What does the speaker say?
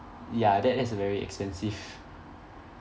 ya that that is a very expensive